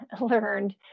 learned